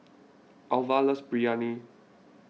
Alva loves Biryani